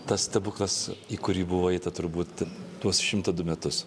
tas stebuklas į kurį buvo eita turbūt tuos šimtą du metus